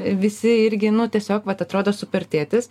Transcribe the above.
visi irgi nu tiesiog vat atrodo super tėtis